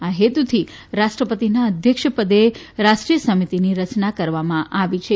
આ હેતુથી રાષ્ટ્રપતિના અધ્યક્ષ પદે રાષ્ટ્રીય સમિતિની રચના કરવામાં આવી છે